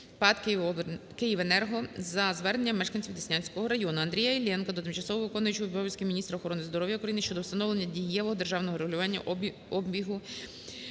ПАТ "Київенерго" за зверненнями мешканців Деснянського району. Андрія Іллєнка до тимчасово виконуючої обов'язки міністра охорони здоров'я України щодо встановлення дієвого державного регулювання